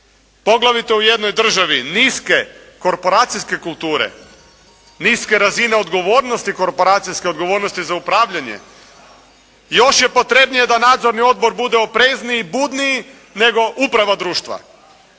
poglavito u jednoj državi niske korporacijske kulture, niske razine odgovornosti korporacijske odgovornosti za upravljanje. Još je potrebnije da nadzorni odbor bude oprezniji, budniji nego uprava društva